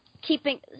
keeping